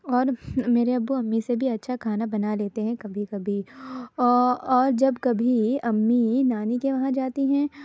اور میرے ابو امی سے بھی اچھا کھانا بنا لیتے ہیں کبھی کبھی اور جب کبھی امی نانی کے وہاں جاتی ہیں